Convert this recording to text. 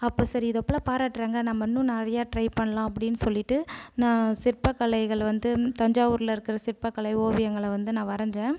அப்போ சரி இதை போல் பாராட்டுறாங்கள் நம்ம இன்னும் நிறையா ட்ரை பண்ணலாம் அப்படின்னு சொல்லிட்டு நான் சிற்பக் கலைகள் வந்து தஞ்சாவூரில் இருக்குற சிற்பக்கலை ஓவியங்களை வந்து நான் வரைஞ்சேன்